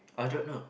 I don't know